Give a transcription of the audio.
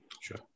Sure